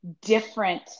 different